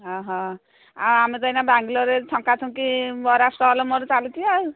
ହ ହ ଆଉ ଆମେ ତ ଏଇନେ ବାଙ୍ଗଲୋରରେ ଛଙ୍କା ଛଙ୍କି ମରା ଷ୍ଟଲ୍ ମରା ଚାଲିଛି ଆଉ